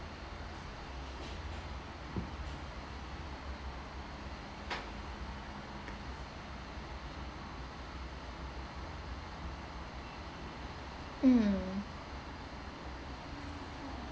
mm